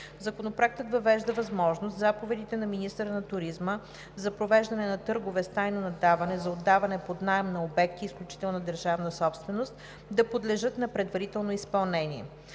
Законопроектът въвежда възможност заповедите на министъра на туризма за провеждане на търгове с тайно наддаване за отдаване под наем на обекти – изключителна държавна собственост, да подлежат на предварително изпълнение.